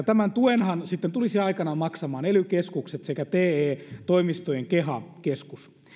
tämän tuenhan sitten tulisivat aikanaan maksamaan ely keskukset sekä te toimistojen keha keskus